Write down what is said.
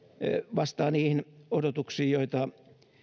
vastaa niihin odotuksiin joita